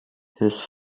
his